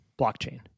blockchain